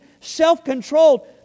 self-controlled